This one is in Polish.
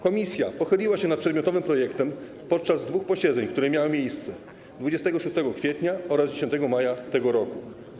Komisja pochyliła się nad przedmiotowym projektem podczas dwóch posiedzeń, które miały miejsce 26 kwietnia oraz 10 maja tego roku.